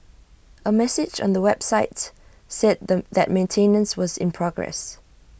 A message on the websites said then that maintenance was in progress